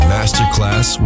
Masterclass